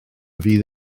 fydd